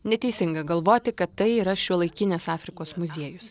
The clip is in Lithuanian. neteisinga galvoti kad tai yra šiuolaikinės afrikos muziejus